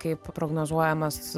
kaip prognozuojamas